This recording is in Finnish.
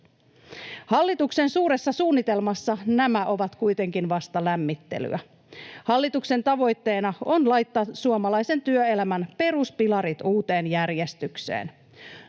Hallituksen suuressa suunnitelmassa nämä ovat kuitenkin vasta lämmittelyä. Hallituksen tavoitteena on laittaa suomalaisen työelämän peruspilarit uuteen järjestykseen.